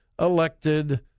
elected